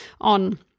on